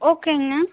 ஓகேங்க